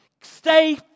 Stay